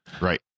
Right